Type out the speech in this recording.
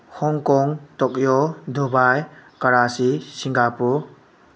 Hong Kong Tokyo Dubai Karachi Singapore